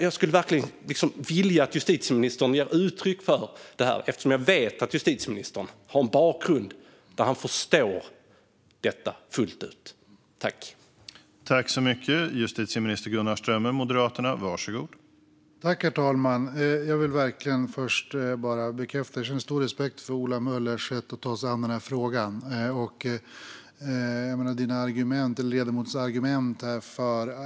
Jag skulle vilja att justitieministern verkligen gav uttryck för det eftersom jag vet att justitieministern har en bakgrund som gör att han förstår detta fullt ut.